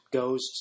goes